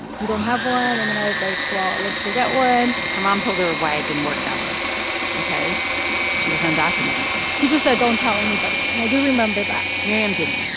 you don't have one. and then i was like, well, let's go get one her mom told her why it didn't work that way because she was undocumented she just said, don't tell anybody. and i do remember that miriam didn't,